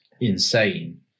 insane